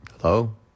Hello